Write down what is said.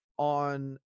on